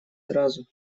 сразу